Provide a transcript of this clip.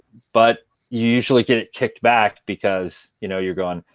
but you usually get it kicked back, because you know you're going,